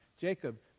Jacob